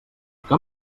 que